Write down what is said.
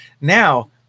Now